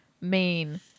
main